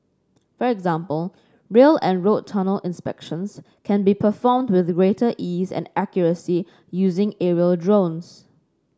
for example rail and road tunnel inspections can be performed with greater ease and accuracy using aerial drones